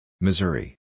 Missouri